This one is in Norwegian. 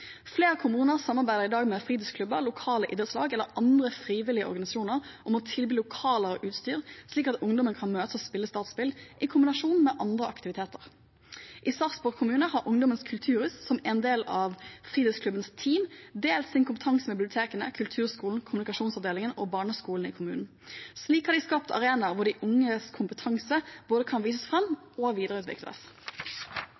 Flere kommuner samarbeider i dag med fritidsklubber, lokale idrettslag eller andre frivillige organisasjoner om å tilby lokaler og utstyr, slik at ungdommen kan møtes og spille dataspill i kombinasjon med andre aktiviteter. I Sarpsborg kommune har Ungdommens Kulturhus som en del av fritidsklubbens team delt sin kompetanse med bibliotekene, kulturskolen, kommunikasjonsavdelingen og barneskolene i kommunen. Slik har de skapt arenaer hvor de unges kompetanse både kan vises fram